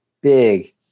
big